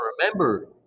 remember